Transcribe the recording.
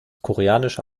koreanische